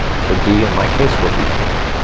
so d in my case will be pink.